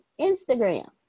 Instagram